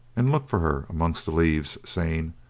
and look for her amongst the leaves, saying,